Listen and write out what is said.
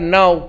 now